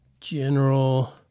general